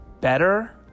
better